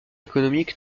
économique